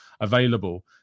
available